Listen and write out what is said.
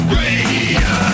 Radio